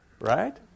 right